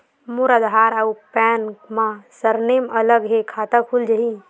मोर आधार आऊ पैन मा सरनेम अलग हे खाता खुल जहीं?